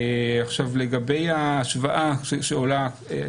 לגבי ההשוואה שעולה,